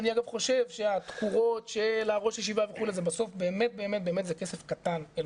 אני גם חושב שהתקורות של ראש הישיבה וכולי זה בסוף באמת באמת כסף קטן.